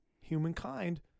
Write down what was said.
humankind